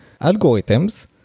algorithms